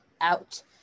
out